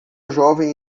jovem